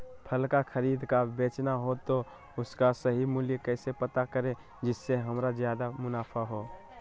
फल का खरीद का बेचना हो तो उसका सही मूल्य कैसे पता करें जिससे हमारा ज्याद मुनाफा हो?